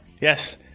Yes